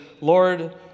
Lord